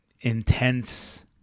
intense